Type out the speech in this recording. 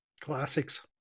classics